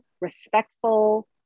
respectful